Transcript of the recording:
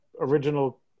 original